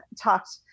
talked